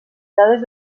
dades